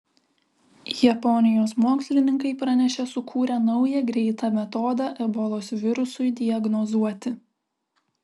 japonijos mokslininkai pranešė sukūrę naują greitą metodą ebolos virusui diagnozuoti